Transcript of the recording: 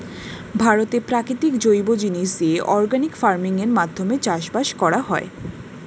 ভারতে প্রাকৃতিক জৈব জিনিস দিয়ে অর্গানিক ফার্মিং এর মাধ্যমে চাষবাস করা হয়